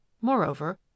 Moreover